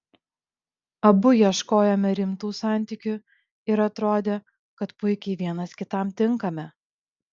abu ieškojome rimtų santykių ir atrodė kad puikiai vienas kitam tinkame